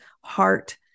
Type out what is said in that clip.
heart